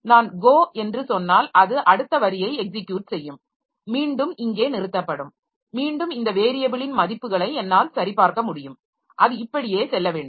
நான் Go என்று சொன்னால் அது அடுத்த வரியை எக்ஸிக்யுட் செய்யும் மீண்டும் இங்கே நிறுத்தப்படும் மீண்டும் இந்த வேரியபிலின் மதிப்புகளை என்னால் சரிபார்க்க முடியும் அது இப்படியே செல்ல வேண்டும்